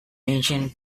ancient